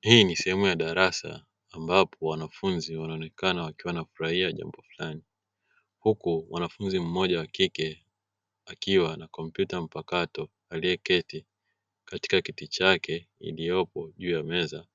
Hii ni sehemu ya darasa ambapo wanafunzi wanaonekana wakiwa wanafurahia jambo fulani huku wanafunzi mmoja wa kike akiwa na kompyuta mpakato aliyeketi katika kiti chake iliyopo juu ya meza